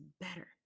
better